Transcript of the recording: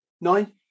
Nine